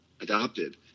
adopted